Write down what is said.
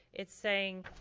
it's saying,